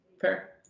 Fair